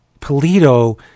Polito